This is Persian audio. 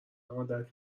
عادت